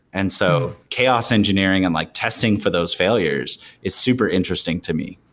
and so chaos engineering and like testing for those failures is super interesting to me.